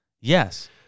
yes